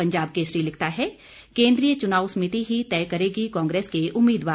पंजाब केसरी लिखता है केन्द्रीय चुनाव समिति ही तय करेगी कांग्रेस के उम्मीदवार